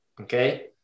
Okay